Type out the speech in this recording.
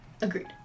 Agreed